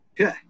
Okay